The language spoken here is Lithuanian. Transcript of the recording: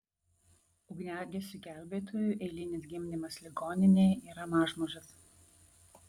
ugniagesiui gelbėtojui eilinis gimdymas ligoninėje yra mažmožis